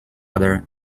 other